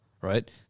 Right